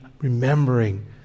remembering